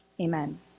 Amen